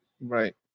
Right